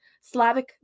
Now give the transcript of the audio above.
Slavic